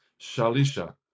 shalisha